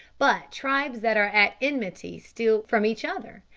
but tribes that are at enmity steal from each other,